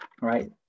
right